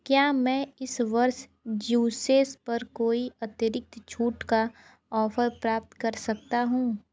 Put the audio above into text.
क्या मैं इस वर्ष ज्यूसेस पर कोई अतिरिक्त छूट का ऑफर प्राप्त कर सकता हूँ